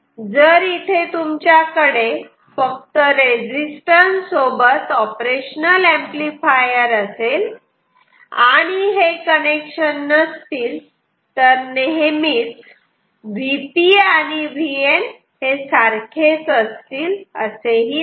जर इथे तुमच्याकडे फक्त या रेजिस्टन्स सोबत ऑपरेशनल ऍम्प्लिफायर असेल आणि हे कनेक्शन नसतील तर नेहमीच Vp आणि Vn सारखेच असतील असेही नाही